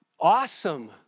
awesome